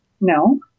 No